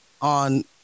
on